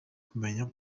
kumenya